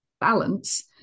balance